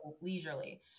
leisurely